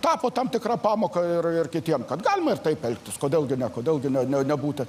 tapo tam tikra pamoka ir ir kities kad galima taip elgtis kodėl gi ne kodėl gi ne nebūti